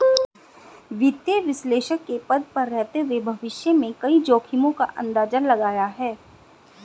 वित्तीय विश्लेषक के पद पर रहते हुए भविष्य में कई जोखिमो का अंदाज़ा लगाया है